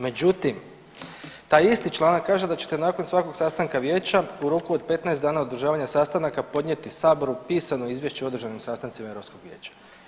Međutim, taj isti članak kaže da ćete nakon svakog sastanka vijeća u roku od 15 dana održavanja sastanaka podnijeti saboru pisano izvješće o održanim sastancima Europskog vijeća.